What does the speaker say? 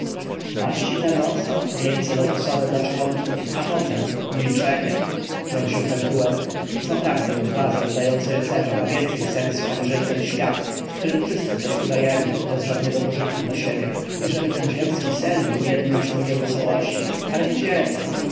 maści dla nosa wieńce lotosowe dla członków a potem milczenie wtrącił pentuer zaprawdę błazen udający rycerza ma więcej sensu aniżeli ten śwatświat w którym wszyscy coś udajemy bez żadnego pożytku dla siebie i żeby ten ziemski sen był jednym ciągiem wesołości ale gdzie tam